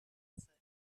answered